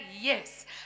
yes